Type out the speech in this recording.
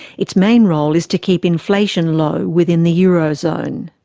its main role is to keep inflation low within the euro zone.